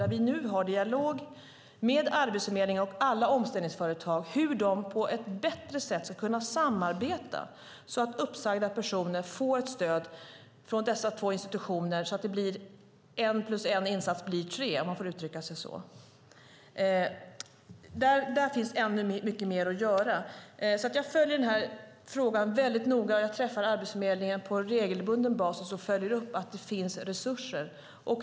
Vi har nu en dialog med Arbetsförmedlingen och omställningsföretagen om hur de på ett bättre sätt ska kunna samarbeta så att uppsagda personer får ett stöd från dessa två institutioner så att en insats plus en insats blir tre, om man får uttrycka sig så. Det finns ännu mycket mer att göra där, och jag följer den här frågan noga. Jag träffar Arbetsförmedlingen på regelbunden basis och följer upp att det finns resurser.